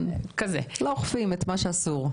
לא אוכפים את מה שאסור.